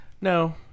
No